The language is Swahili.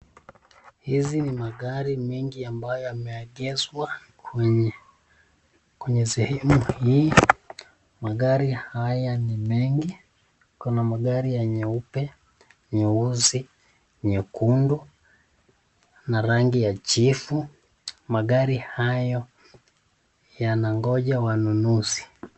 Hizi ni magari mengi ambayo yameegeshwa kwenye sehemu hii. Magari haya ni mengi. Kuna magari ya nyeupe, nyeusi, nyekundu na rangi ya jivu. Magari hayo yanagonja wanunuzi.